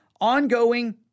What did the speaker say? ongoing